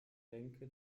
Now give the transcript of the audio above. denke